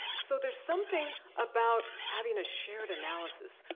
so there's something about having a shared analysis.